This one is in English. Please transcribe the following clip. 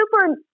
super